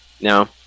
no